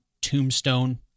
Tombstone